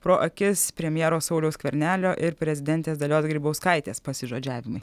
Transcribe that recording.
pro akis premjero sauliaus skvernelio ir prezidentės dalios grybauskaitės pasižodžiavimai